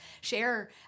Share